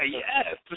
yes